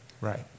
Right